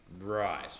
right